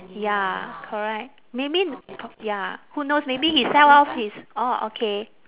ya correct maybe p~ ya who knows maybe he sell off his orh okay